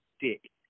dick